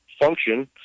function